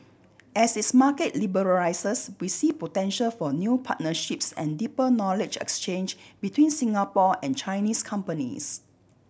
as its market liberalises we see potential for new partnerships and deeper knowledge exchange between Singapore and Chinese companies